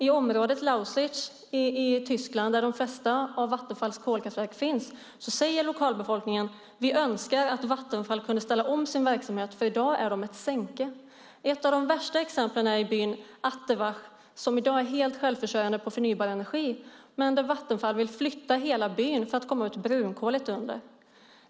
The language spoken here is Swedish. I området Lausitz i Tyskland där de flesta av Vattenfalls kolkraftverk finns säger lokalbefolkningen att man önskar att Vattenfall skulle ställa om sin verksamhet, för i dag är de ett sänke. Ett av de värsta exemplen finns i byn Atterwasch som i dag är helt självförsörjande med förnybar energi. Där vill Vattenfall flytta hela byn för att komma åt brunkolet under.